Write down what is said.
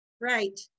Right